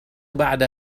بعد